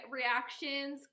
reactions